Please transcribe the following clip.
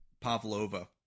Pavlova